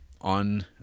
On